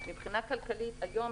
מבחינה כלכלית היום,